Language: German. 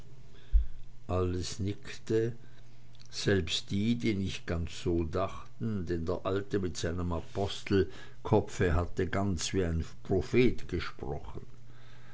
alles nickte selbst die die nicht ganz so dachten denn der alte mit seinem apostelkopfe hatte ganz wie ein prophet gesprochen